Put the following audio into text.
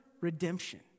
redemption